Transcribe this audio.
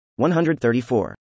134